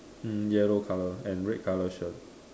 hmm yellow color and red color shirt